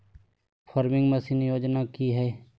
Farming machine योजना कि हैय?